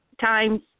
times